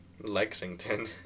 Lexington